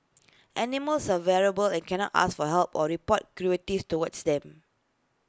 animals are vulnerable and cannot ask for help or report cruelties towards them